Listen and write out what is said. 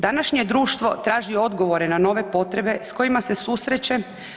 Današnje društvo traži odgovore na nove potrebe s kojima se susreće.